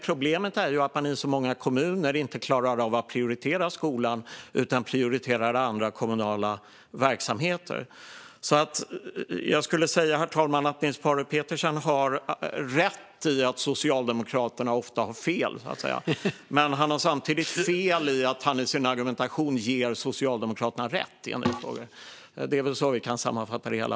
Problemet är att många kommuner inte klarar av att prioritera skolan utan prioriterar andra kommunala verksamheter. Herr talman! Niels Paarup-Petersen har rätt i att Socialdemokraterna ofta har fel. Men han har samtidigt fel när han i sin argumentation ger Socialdemokraterna rätt i en del frågor. Det är väl så vi kan sammanfatta det hela.